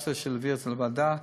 ביקשת שאני אעביר את זה לוועדה.